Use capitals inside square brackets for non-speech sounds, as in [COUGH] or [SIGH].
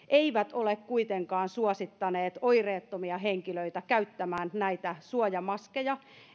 [UNINTELLIGIBLE] eivät ole kuitenkaan suosittaneet oireettomia henkilöitä käyttämään näitä suojamaskeja